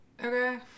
Okay